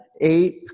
eight